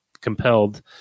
compelled